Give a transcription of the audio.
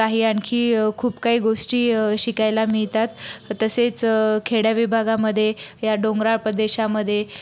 काही आणखी खूप काही गोष्टी शिकायला मिळतात तसेच खेड्या विभागामध्ये या डोंगराळ प्रदेशामध्ये